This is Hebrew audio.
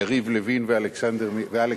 יריב לוין ואלכס מילר.